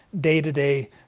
day-to-day